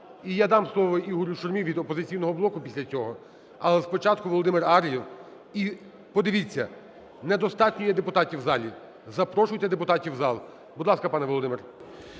І я дам слово Ігорю Шурмі від "Опозиційного блоку" після цього. Але спочатку – Володимир Ар'єв. І подивіться, не достатньо є депутатів в залі. Запрошуйте депутатів в зал. Будь ласка, пане Володимир.